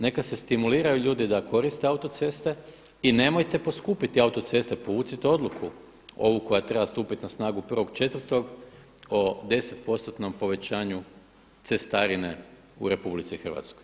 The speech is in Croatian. Neka se stimuliraju ljudi da koriste autoceste i nemojte poskupiti autoceste, povucite odluku ovu koja treba stupiti na snagu 1.4. o 10%-nom povećanju cestarine u RH.